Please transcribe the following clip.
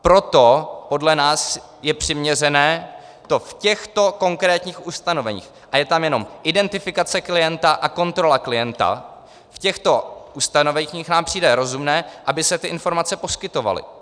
Proto podle nás je přiměřené to v těchto konkrétních ustanoveních a je tam jenom identifikace klienta a kontrola klienta v těchto ustanoveních nám přijde rozumné, aby se ty informace poskytovaly.